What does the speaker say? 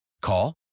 Call